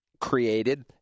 created